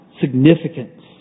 significance